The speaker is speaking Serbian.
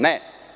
Ne.